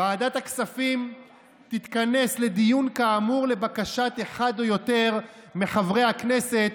ועדת הכספים תתכנס לדיון כאמור לבקשת אחד או יותר מחברי הכנסת,